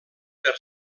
per